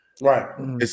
right